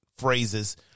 phrases